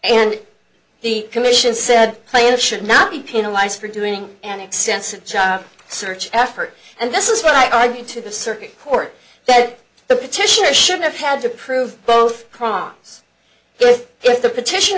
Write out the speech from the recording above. and the commission said plaintiff should not be penalized for doing an extensive job search effort and this is what i mean to the circuit court that the petitioner should have had to prove both prongs if the petition